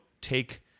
take